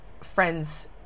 friends